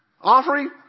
offering